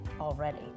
already